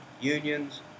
unions